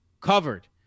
covered